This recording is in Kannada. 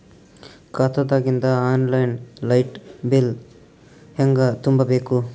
ಖಾತಾದಾಗಿಂದ ಆನ್ ಲೈನ್ ಲೈಟ್ ಬಿಲ್ ಹೇಂಗ ತುಂಬಾ ಬೇಕು?